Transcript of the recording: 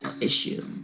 issue